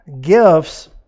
gifts